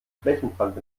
flächenbrand